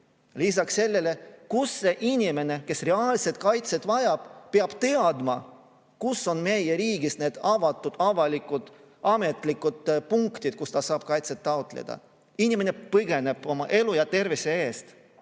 Lisaks, kust see inimene, kes reaalset kaitset vajab, peab teadma, kus on meie riigis need avatud avalikud ametlikud punktid, kus ta saab kaitset taotleda? Inimene põgeneb oma elu ja tervise